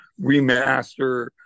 remaster